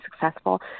successful